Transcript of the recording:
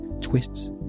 Twists